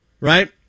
right